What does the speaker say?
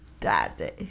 daddy